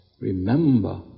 Remember